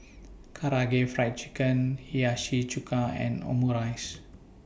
Karaage Fried Chicken Hiyashi Chuka and Omurice